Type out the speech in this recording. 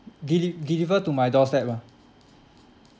deli~ deliver to my doorstep lah